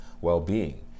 well-being